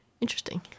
interesting